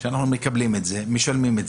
שאנחנו מקבלים, משלמים.